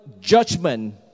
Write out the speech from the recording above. judgment